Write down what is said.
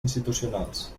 institucionals